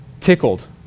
tickled